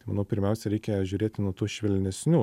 tai manau pirmiausia reikia žiūrėti nuo tų švelnesnių